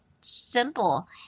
simple